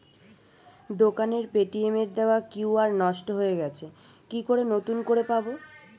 দোকানের পেটিএম এর দেওয়া কিউ.আর নষ্ট হয়ে গেছে কি করে নতুন করে পাবো?